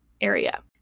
area